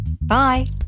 Bye